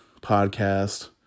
podcast